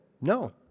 No